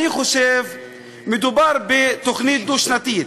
מדובר בתוכנית דו- שנתית,